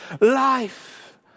life